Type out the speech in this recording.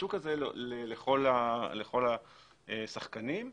בשוק הזה לכל השחקנים.